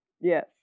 Yes